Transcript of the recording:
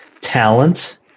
talent